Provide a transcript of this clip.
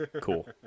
Cool